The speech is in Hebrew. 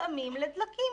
שמותאמים לדלקים,